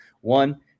one